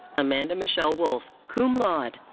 amanda michelle wolfe, cum laude.